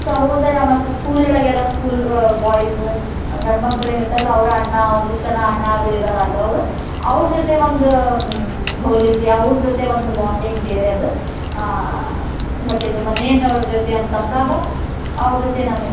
ಸಹೋದರ ಮತ್ತು ಸ್ಕೂಲ್ ಒಳಗೆ ಎಲ್ಲ ಸ್ಕೂಲ್ ಬಾಯ್ಸ್ ಗಂಡ್ಮಕ್ಳು ಏನು ಇರ್ತಾರಲ್ಲ ಅವ್ರು ಅಣ್ಣ ಒಂದಿಷ್ಟು ಜನ ಅಣ್ಣಗಳು ಇದ್ದಾರೆ ಅಲ್ಲಿ ಅವರು ಅವ್ರ ಜೊತೆ ಒಂದು ಹೋಲಿಕೆ ಅವ್ರ ಜೊತೆ ಒಂದು ಬಾಂಡಿಂಗ್ ಬೇರೆ ಅದು ಬಟ್ ಇದು ಮನೆಯಿಂದ ಅವ್ರ ಜೊತೆ ಅಂತಂದಾಗ ಅವ್ರ ಜೊತೆ ನನ್ಗೆ